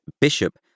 Bishop